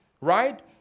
right